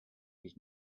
his